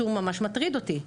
ראיתי שהוא ממש מטריד אותי.